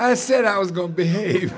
i said i was going to behave